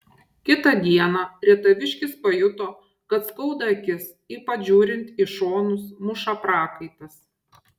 kitą dieną rietaviškis pajuto kad skauda akis ypač žiūrint į šonus muša prakaitas